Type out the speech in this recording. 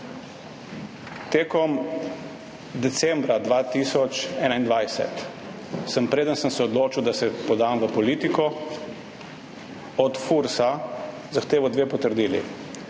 Decembra 2021, preden sem se odločil, da se podam v politiko, sem od Fursa zahteval dve potrdili.